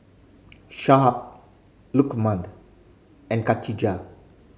Shuib Lukman and Khatijah